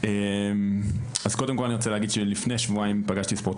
וכאשר הוא יושב איתי בחדר,